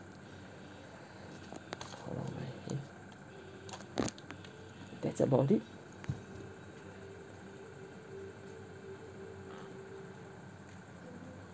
that's about it